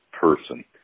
person